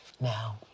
Now